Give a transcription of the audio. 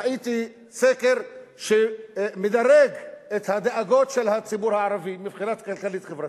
ראיתי סקר שמדרג את הדאגות של הציבור הערבי מבחינה כלכלית-חברתית.